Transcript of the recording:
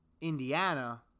Indiana